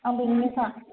आं बेनिनोखा